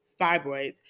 fibroids